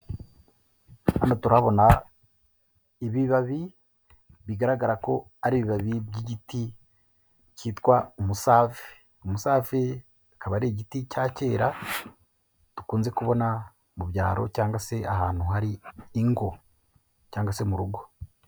Hano turabona ibibabi bigaragara ko ari bibabi by'igiti kitwa umusave, umusave akaba ari igiti cya kera, dukunze kubona mu byaro cyangwa se ahantu hari ingo cyangwa se mu rugo.